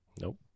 Nope